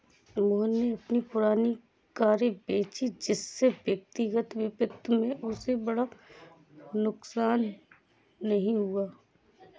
मोहन ने अपनी पुरानी कारें बेची जिससे व्यक्तिगत वित्त में उसे बड़ा नुकसान नहीं हुआ है